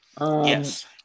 Yes